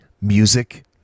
Music